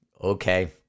okay